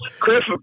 Chris